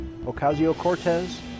Ocasio-Cortez